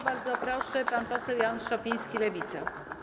Bardzo proszę, pan poseł Jan Szopiński, Lewica.